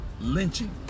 lynching